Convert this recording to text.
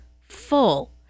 full